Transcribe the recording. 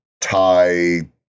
Thai